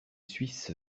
suisses